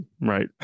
right